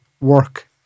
work